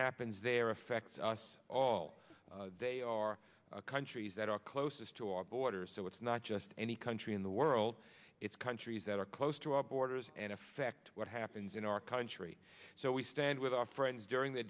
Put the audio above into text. happens there affects us all they are countries that are closest to our borders so it's not just any country in the world it's countries that are close to our borders and affect what happens in our country so we stand with our friends during the